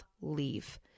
leave